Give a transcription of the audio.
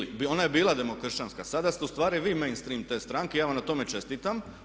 Ona je bila demokršćanska, sada ste ustvari vi mainstream te stranke i ja vam na tome čestitam.